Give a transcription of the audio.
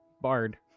Bard